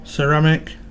Ceramic